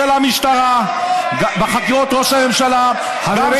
של המשטרה, בחקירות ראש הממשלה, חברים.